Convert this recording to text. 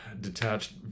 detached